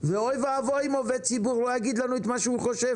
ואוי ואבוי אם עובד ציבור לא יגיד לנו את מה שהוא חושב